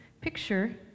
picture